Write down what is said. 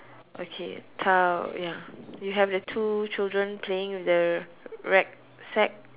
okay tile ya you have the two children playing with the rack sack